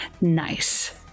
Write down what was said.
Nice